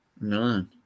None